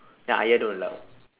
then ayah don't allow